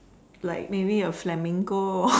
like maybe a flamingo